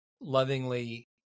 lovingly